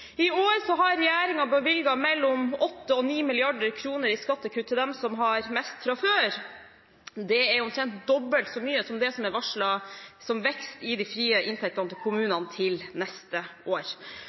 I år har regjeringen bevilget mellom 8 og 9 mrd. kr i skattekutt til dem som har mest fra før. Det er omtrent dobbelt så mye som det som er varslet som vekst i de frie inntektene til